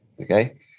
okay